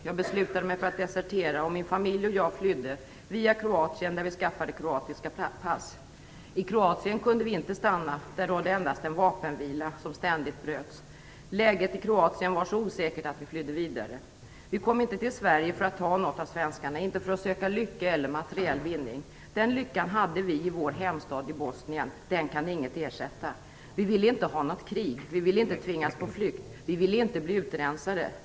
Jag beslutade mig för att desertera, och min familj och jag flydde via Kroatien, där vi skaffade kroatiska pass. I Kroatien kunde vi inte stanna. Där rådde endast en vapenvila, som ständigt bröts. Läget i Kroatien var så osäkert att vi flydde vidare. Vi kom inte till Sverige för att ta något av svenskarna, inte för att söka lycka eller materiell vinning. Den lyckan hade vi i vår hemstad i Bosnien. Den kan inget ersätta. Vi ville inte ha något krig. Vi ville inte tvingas på flykt. Vi ville inte bli utrensade.